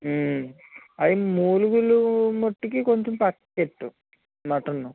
అదే మూలుగులు మట్టుకి కొంచెం పక్కకి పెట్టు మటను